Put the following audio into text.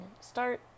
Start